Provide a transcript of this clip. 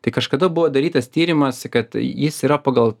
tai kažkada buvo darytas tyrimas kad jis yra pagal